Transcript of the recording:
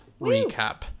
recap